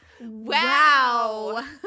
wow